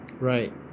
Right